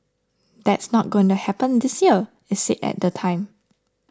that's not going to happen this year it said at the time